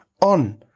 On